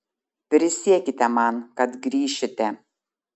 prisiekite man kad grįšite